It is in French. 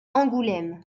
angoulême